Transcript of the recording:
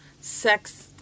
sex